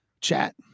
chat